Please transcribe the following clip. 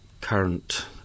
current